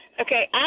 Okay